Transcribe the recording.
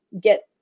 get